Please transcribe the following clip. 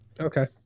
okay